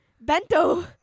bento